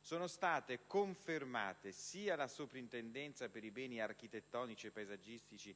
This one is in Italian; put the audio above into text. sono state confermate sia la Soprintendenza per i beni architettonici e paesaggisti